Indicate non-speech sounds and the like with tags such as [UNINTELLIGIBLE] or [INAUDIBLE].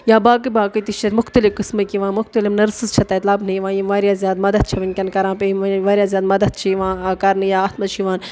یا باقٕے باقٕے تہِ چھِ اَتہِ مختلف قٕسمٕکۍ یِوان مختلف نٔرسٕز چھےٚ تَتہِ لبنہٕ یِوان یِم واریاہ زیادٕ مدتھ چھےٚ وٕنۍکٮ۪ن کَران [UNINTELLIGIBLE] واریاہ زیادٕ مَدتھ چھِ یِوان کَرنہٕ یا اَتھ منٛز چھِ یِوان